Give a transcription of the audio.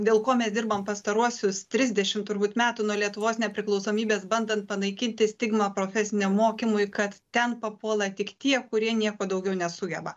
dėl ko mes dirbam pastaruosius trisdešim turbūt metų nuo lietuvos nepriklausomybės bandant panaikinti stigmą profesiniam mokymui kad ten papuola tik tie kurie nieko daugiau nesugeba